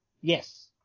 Yes